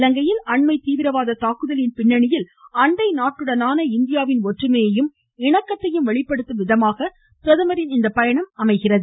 இலங்கையில் அண்மை தீவிரவாத தாக்குதலின் பின்னணியில் அண்டை நாட்டுடனான இந்தியாவின் இற்றுமையையும் இணக்கத்தையும் வெளிப்படுத்தும் விதமாக பிரதமரின் இந்த பயணம் அமைகிறது